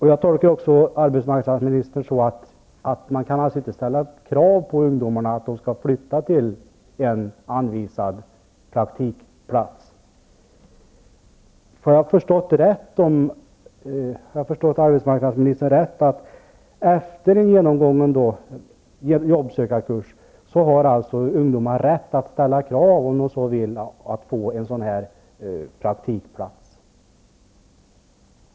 Jag tolkar det arbetsmarknadsministern sade som att man inte kan ställa krav på ungdomarna att de skall flytta till en anvisad praktikplats. Jag har förstått det arbetsmarknadsministern sade som att ungdomar efter genomgången jobbsökarkurs om de så vill har rätt att ställa krav på att få en praktikplats.